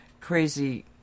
crazy